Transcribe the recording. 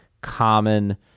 common